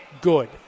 good